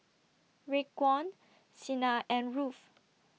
Raekwon Sina and Ruthe